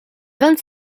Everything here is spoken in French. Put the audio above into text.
vingt